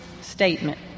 statement